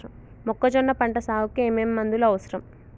మొక్కజొన్న పంట సాగుకు ఏమేమి మందులు అవసరం?